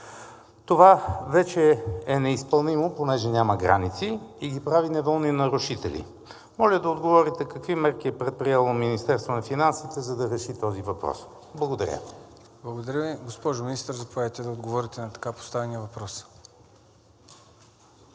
това вече е неизпълнимо, понеже няма граници, и ги прави неволни нарушители. Моля да отговорите: какви мерки е предприело Министерството на финансите, за да реши този въпрос? Благодаря. ПРЕДСЕДАТЕЛ ЦОНЧО ГАНЕВ: Благодаря Ви. Госпожо Министър, заповядайте да отговорите на така поставения въпрос.